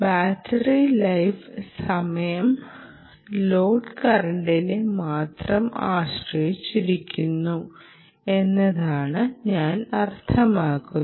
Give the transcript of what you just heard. battery life സമയം load കറന്റിനെ മാത്രം ആശ്രയിച്ചിരിക്കുന്നു എന്നാണ് ഞാൻ അർത്ഥമാക്കുന്നത്